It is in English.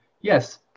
yes